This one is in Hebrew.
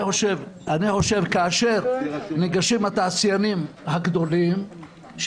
אני חושב שכאשר ניגשים התעשיינים הגדולים,